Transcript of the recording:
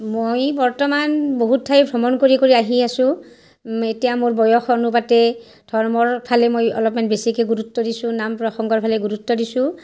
মই বৰ্তমান বহুত ঠাই ভ্ৰমণ কৰি কৰি আহি আছোঁ এতিয়া মোৰ বয়স অনুপাতে ধৰ্মৰ ফালে মই অলপমান বেছিকে গুৰুত্ব দিছোঁ নাম প্ৰসংগৰ ফালে গুৰুত্ব দিছোঁ